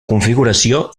configuració